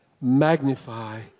magnify